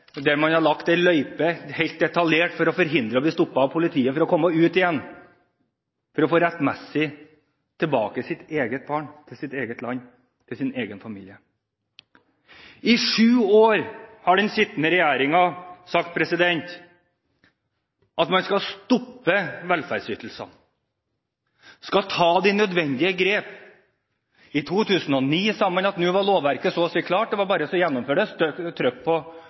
lagt en detaljert løype for å forhindre at de ble stoppet av politiet på veien tilbake. Dette gjorde han for rettmessig å få tilbake sitt eget barn, til sitt eget land, til sin egen familie. I sju år har den sittende regjeringen sagt at man skal stoppe utbetalingene av velferdsytelser til barnebortførere, at man skal ta de nødvendige grep. I 2009 sa man at nå var lovverket så og si klart, det var bare å trykke på beslutningsknappen for å få det